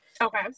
Okay